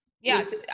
Yes